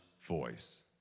voice